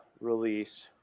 Release